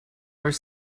are